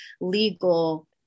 legal